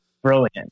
Brilliant